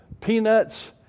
Peanuts